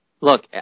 Look